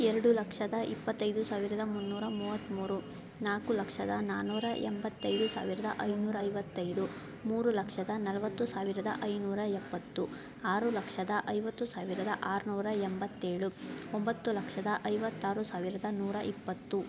ಎರಡು ಲಕ್ಷದ ಇಪ್ಪತ್ತೈದು ಸಾವಿರದ ಮುನ್ನೂರ ಮೂವತ್ತ್ಮೂರು ನಾಲ್ಕು ಲಕ್ಷದ ನಾನ್ನೂರ ಎಂಬತ್ತೈದು ಸಾವಿರದ ಐನೂರ ಐವತ್ತೈದು ಮೂರು ಲಕ್ಷದ ನಲವತ್ತು ಸಾವಿರದ ಐನೂರ ಎಪ್ಪತ್ತು ಆರು ಲಕ್ಷದ ಐವತ್ತು ಸಾವಿರದ ಆರುನೂರ ಎಂಬತ್ತೇಳು ಒಂಬತ್ತು ಲಕ್ಷದ ಐವತ್ತಾರು ಸಾವಿರದ ನೂರ ಇಪ್ಪತ್ತು